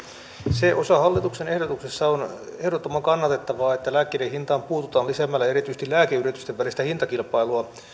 se osa hallituksen ehdotuksessa on ehdottoman kannatettavaa että lääkkeiden hintaan puututaan lisäämällä erityisesti lääkeyritysten välistä hintakilpailua